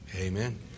Amen